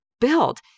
build